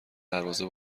دروازه